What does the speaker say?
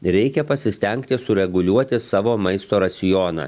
reikia pasistengti sureguliuoti savo maisto racioną